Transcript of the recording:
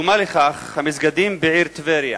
דוגמה לכך, המסגדים בעיר טבריה,